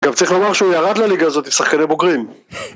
גם צריך לומר שהוא ירד לליגה הזאת עם שחקני בוגרים